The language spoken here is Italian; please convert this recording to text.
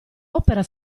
opera